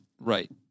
right